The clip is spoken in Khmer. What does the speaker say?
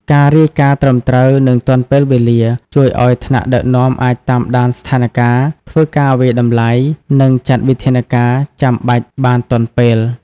ការរាយការណ៍ត្រឹមត្រូវ និងទាន់ពេលវេលា ជួយឲ្យថ្នាក់ដឹកនាំអាចតាមដានស្ថានការណ៍ ធ្វើការវាយតម្លៃ និងចាត់វិធានការចាំបាច់បានទាន់ពេល។